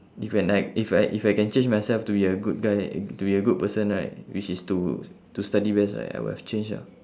if can like if I if I can change myself to be a good guy to be a good person right which is to to study best right I would have change ah